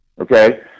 okay